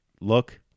look